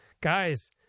Guys